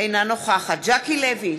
אינה נוכחת ז'קי לוי,